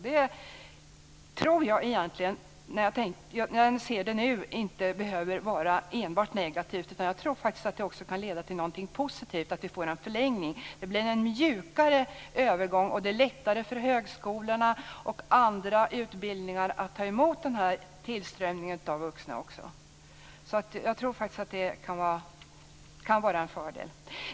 Jag tror egentligen inte, när jag nu tänker på det, att det enbart behöver vara negativt. Jag tror faktiskt att det också kan leda till någonting positivt att vi får en förlängning. Det blir en mjukare övergång, och det är lättare för högskolor och andra utbildningar att ta emot denna tillströmning av vuxna. Jag tror faktiskt att det kan vara en fördel.